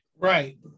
Right